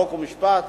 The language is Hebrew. חוק ומשפט,